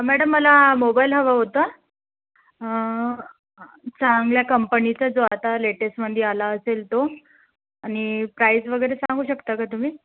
madam मला mobile हवा होता चांगल्या कंपनीचा जो आता लेटेस्टमध्ये आला असेल तो आणि प्राईझ वगैरे सांगू शकता का तुम्ही